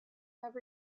have